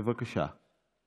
בבקשה.